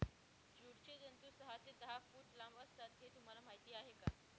ज्यूटचे तंतू सहा ते दहा फूट लांब असतात हे तुम्हाला माहीत आहे का